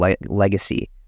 legacy